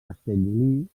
castellolí